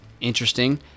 interesting